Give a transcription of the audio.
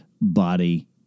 body